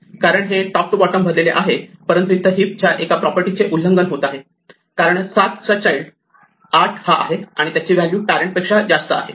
कारण हे top to bottom भरलेले आहे परंतु इथे हीपच्या एका प्रॉपर्टीचे उल्लंघन होत आहे कारण 7 चा चाइल्ड 8 हा आहे आणि त्याची व्हॅल्यू पॅरेण्ट पेक्षा जास्त आहे